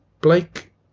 Blake